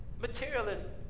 Materialism